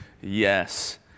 yes